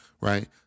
Right